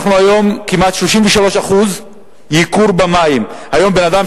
היום הייקור במים כמעט 33%. היום בן-אדם